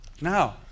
Now